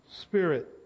spirit